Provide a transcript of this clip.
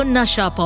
Nasha